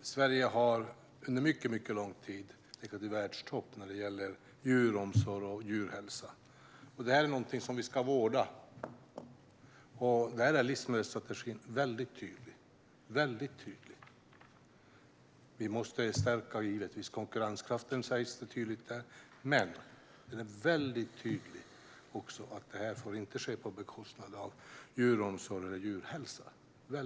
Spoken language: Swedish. Sverige har under mycket lång tid legat i världstopp när det gäller djuromsorg och djurhälsa. Detta ska vi vårda, och där är livsmedelsstrategin väldigt tydlig. Där sägs tydligt att vi måste stärka konkurrenskraften, men det är också tydligt att det inte får ske på bekostnad av djuromsorgen och djurhälsan.